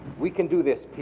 we can do this